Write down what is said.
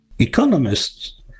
economists